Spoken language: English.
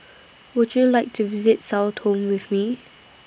Would YOU like to visit Sao Tome with Me